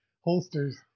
holsters